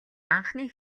анхны